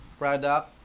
product